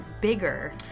bigger